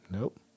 Nope